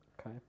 Okay